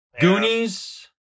Goonies